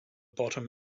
bottom